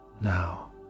now